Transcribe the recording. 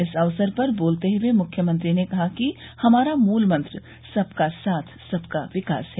इस अवसर पर बोलते हुए मुख्यमंत्री ने कहा कि हमारा मूल मंत्र सबका साथ सबका विकास है